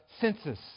census